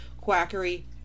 quackery